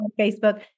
Facebook